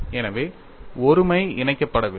எனவே ஒருமை இணைக்கப்படவில்லை